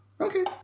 Okay